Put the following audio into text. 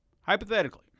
Hypothetically